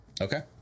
Okay